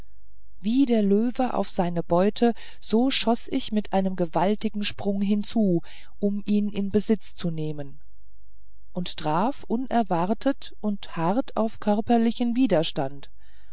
wie der löwe auf seine beute so schoß ich mit einem gewaltigen sprunge hinzu um ihn in besitz zu nehmen und traf unerwartet und hart auf körperlichen widerstand